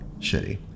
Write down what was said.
shitty